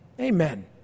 Amen